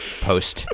post